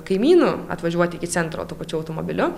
kaimynu atvažiuot iki centro tuo pačiu automobiliu